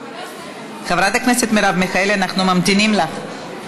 גברתי חברת הכנסת מרב מיכאלי, אנחנו ממתינים לך.